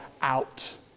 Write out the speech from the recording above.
out